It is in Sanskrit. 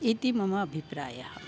इति मम अभिप्रायः